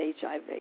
HIV